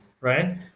right